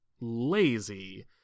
lazy